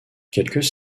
quelques